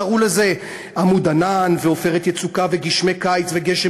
קראו לזה "עמוד ענן" ו"עופרת יצוקה" ו"גשמי קיץ" ו"גשם